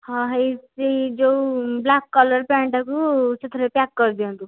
ହଁ ହେଇ ସେଇ ଯେଉଁ ବ୍ଳାକ୍ କଲର୍ ପ୍ୟାଣ୍ଟଟାକୁ ସେଥିରେ ପ୍ୟାକ୍ କରିଦିଅନ୍ତୁ